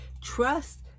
Trust